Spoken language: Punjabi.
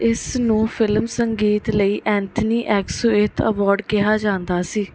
ਇਸ ਨੂੰ ਫ਼ਿਲਮ ਸੰਗੀਤ ਲਈ ਐਂਥਨੀ ਐਸਕੁਇਥ ਅਵਾਰਡ ਕਿਹਾ ਜਾਂਦਾ ਸੀ